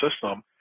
system